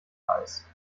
eis